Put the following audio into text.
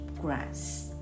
grass